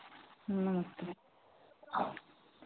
नमस्ते